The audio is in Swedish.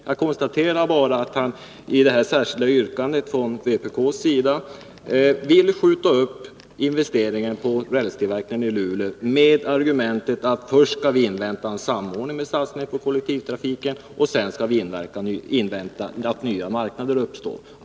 Jag konstaterar bara att Lars-Ove Hagberg i sitt särskilda yrkande vill skjuta upp investeringen i rälstillverkning i Luleå med argumentet att vi skall invänta först en samordning med satsningarna på kollektivtrafiken och sedan att nya marknader uppstår.